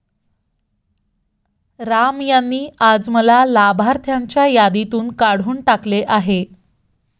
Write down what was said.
राम यांनी आज मला लाभार्थ्यांच्या यादीतून काढून टाकले आहे